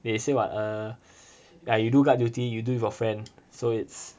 they say what err ya you do guard duty you do with your friend so it's